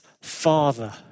father